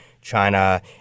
China